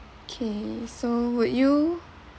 okay so would you